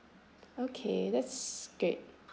okay that's good